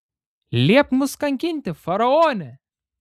liepk mus kankinti faraone